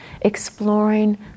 exploring